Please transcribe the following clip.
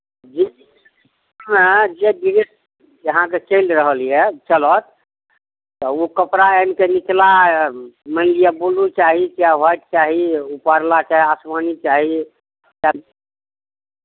हँ जे ड्रेस अहाँके चलि रहल यए चलत तऽ ओ कपड़ा आनि कऽ निचला मानि लिअ ब्लू चाही या ह्वाइट चाही ऊपरवला चाहे आसमानी चाही